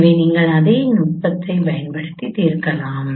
எனவே நீங்கள் அதே நுட்பத்தைப் பயன்படுத்தி தீர்க்கலாம்